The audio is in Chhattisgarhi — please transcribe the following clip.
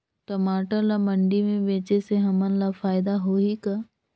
टमाटर ला मंडी मे बेचे से हमन ला फायदा होही का?